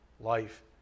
life